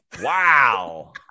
Wow